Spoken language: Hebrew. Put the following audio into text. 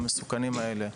המסוכנים האלה,